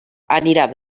anirà